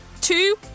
two